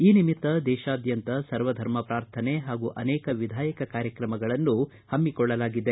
ಈ ನಿಮಿತ್ತ ದೇಶಾದ್ಯಂತ ಸರ್ವಧರ್ಮ ಪ್ರಾರ್ಥನೆ ಹಾಗೂ ಅನೇಕ ವಿಧಾಯಕ ಕಾರ್ಯಕ್ರಮಗಳನ್ನು ಹಮ್ಗಿಕೊಳ್ಳಲಾಗಿದೆ